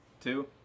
two